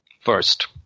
first